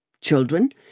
Children